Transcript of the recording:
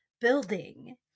building